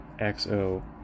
XO